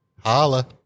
Holla